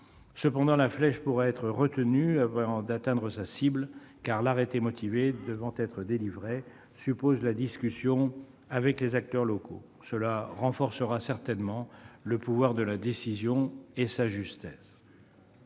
Cependant, la flèche pourra être retenue avant d'atteindre sa cible, car l'arrêté motivé devant être délivré suppose la discussion avec des acteurs locaux. Cela renforcera certainement le pouvoir de la décision et sa justesse.